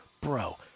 bro